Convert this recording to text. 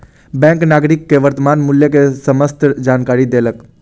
bank नागरिक के वर्त्तमान मूल्य के समस्त जानकारी देलक